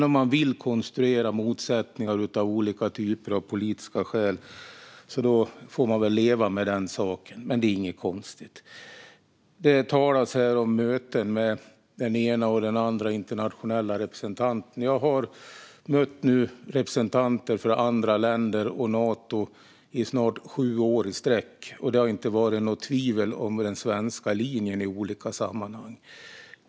Om man vill konstruera motsättningar av olika politiska skäl får man leva med det. Men det är inget konstigt. Det talas om möten med den ena och andra internationella representanten. Jag har möt representanter för andra länder och Nato i snart sju år, och det har inte funnits några tvivel om den svenska linjen.